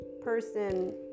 person